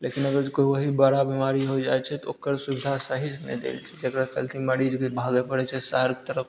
लेकिन अगर केकरो ओएह बड़ा बीमारी हो जाइत छै तऽ ओकर सुबिधा सही से नहि देल तेकर चलते मरीजके भागै पड़ैत छै शहरके तरफ